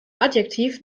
adjektiv